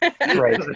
right